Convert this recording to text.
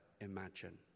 imagine